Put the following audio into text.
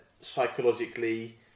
psychologically